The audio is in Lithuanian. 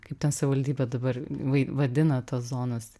kaip ten savivaldybė dabar vai vadina tas zonas